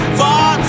far